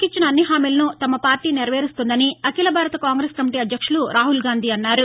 పజలకు ఇచ్చిన అన్ని హామీలను తమ పార్టీ నెరవేరుస్తుందని అఖిల భారత కాంగెస్ కమిటీ అధ్యక్షులు రాహుల్గాంధీ అన్నారు